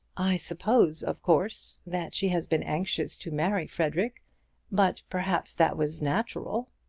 i suppose, of course, that she has been anxious to marry frederic but perhaps that was natural.